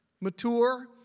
mature